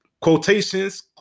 quotations